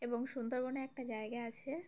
এবং সুন্দরবনে একটা জায়গা আছে